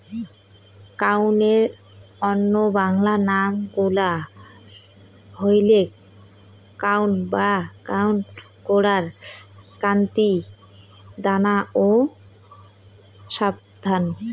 কাউনের অইন্য বাংলা নাম গুলা হইলেক কাঙ্গুই বা কাঙ্গু, কোরা, কান্তি, দানা ও শ্যামধাত